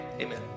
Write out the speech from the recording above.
amen